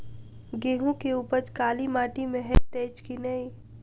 गेंहूँ केँ उपज काली माटि मे हएत अछि की नै?